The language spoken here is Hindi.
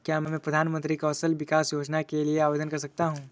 क्या मैं प्रधानमंत्री कौशल विकास योजना के लिए आवेदन कर सकता हूँ?